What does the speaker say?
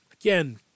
again